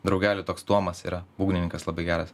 draugeliu toks tomas yra būgnininkas labai geras